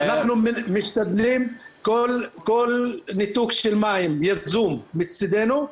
כל ניתוק של מים יזום מצידנו,